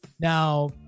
now